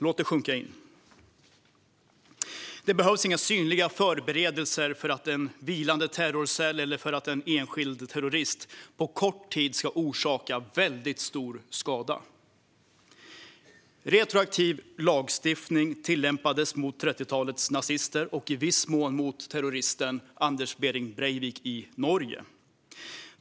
Låt det sjunka in! Det behövs inga synliga förberedelser för att en vilande terrorcell eller för att en enskild terrorist på kort tid ska orsaka väldigt stor skada. Retroaktiv lagstiftning tillämpades mot 30-talets nazister och i viss mån mot terroristen Anders Behring Breivik i Norge.